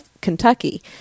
Kentucky